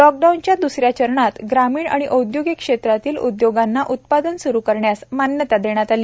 लॉकडाऊनच्या द्सऱ्या चरणात ग्रामीण व औद्योगिक क्षेत्रातील उद्योगांना उत्पादन सुरू करण्यास मान्यता देण्यात आली